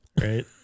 Right